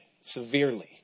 severely